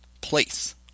place